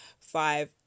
five